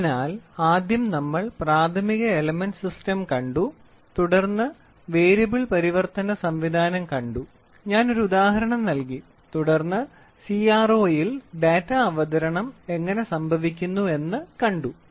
അതിനാൽ ആദ്യം നമ്മൾ പ്രാഥമിക എലമെന്റ് സിസ്റ്റം കണ്ടു തുടർന്ന് വേരിയബിൾ പരിവർത്തന സംവിധാനം കണ്ടു ഞാൻ ഒരു ഉദാഹരണം നൽകി തുടർന്ന് CRO ൽ ഡാറ്റ അവതരണം എങ്ങനെ സംഭവിക്കുന്നു എന്ന് കണ്ടു